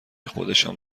خودشان